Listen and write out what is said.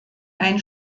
ein